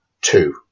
two